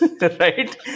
right